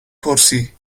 پرسی